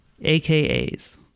AKAs